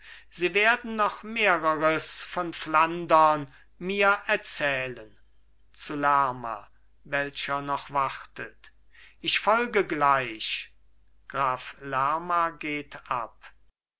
sie werden noch mehreres von flandern mir erzählen zu lerma welcher noch wartet ich folge gleich graf lerma geht ab